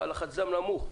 כי היה לה לחץ דם נמוך.